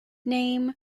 name